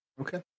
Okay